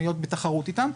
להיות בתחרות איתם.